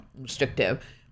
restrictive